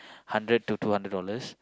hundred to two hundred dollars